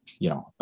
you know.